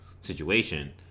situation